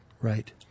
Right